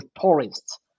tourists